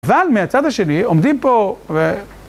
אבל מהצד השני עומדים פה ו...